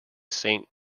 saint